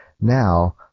now